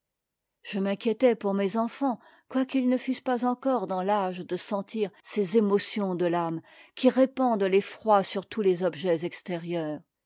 je m'inquiétais pour mes enfants quoiqu'ils ne fussent pas encore dans ige de sentir ces émotions de t'dmequi répandent l'effroi sur tous les objets extérieurs